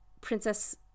princess